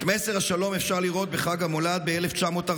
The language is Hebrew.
את מסר השלום אפשר לראות בחג המולד ב-1914,